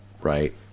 right